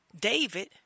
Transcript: David